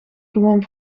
gewoon